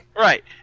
right